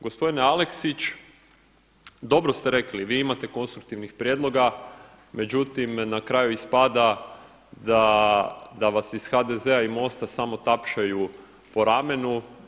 Gospodine Aleksić, dobro ste rekli vi imate konstruktivnih prijedloga međutim na kraju ispada da vas iz HDZ-a i MOST-a samo tapšaju po ramenu.